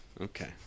Okay